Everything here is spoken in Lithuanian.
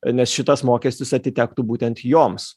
nes šitas mokestis atitektų būtent joms